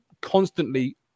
constantly